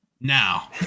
now